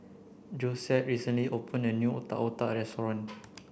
Josette recently opened a new Otak Otak restaurant